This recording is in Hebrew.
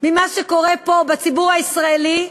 ממה שקורה פה, בציבור הישראלי,